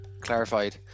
clarified